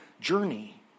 journey